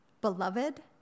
beloved